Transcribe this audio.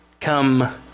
come